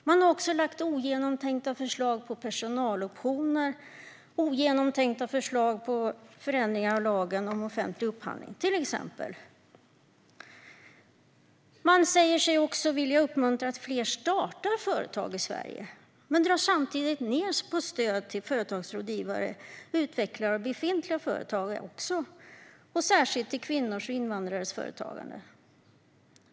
Man har också lagt fram ogenomtänkta förslag om personaloptioner och om förändringar av lagen om offentlig upphandling, till exempel. Man säger sig vilja uppmuntra att fler startar företag i Sverige men drar samtidigt ned på stöd till företagsrådgivare och utvecklare av befintliga företag och särskilt till kvinnors och invandrares företagande.